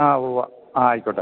ആ ഉവ്വ് ആയിക്കോട്ടെ